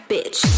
Bitch